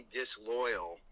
disloyal